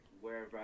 Wherever